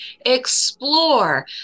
explore